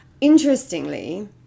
Interestingly